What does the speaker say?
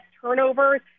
turnovers